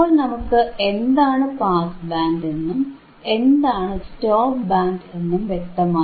ഇപ്പോൾ നമുക്ക് എന്താണ് പാസ് ബാൻഡ് എന്നും എന്താണ് സ്റ്റോപ് ബാൻഡ് എന്നും വ്യക്തമായി